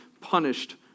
punished